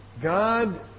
God